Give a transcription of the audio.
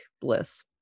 bliss